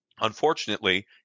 Unfortunately